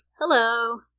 Hello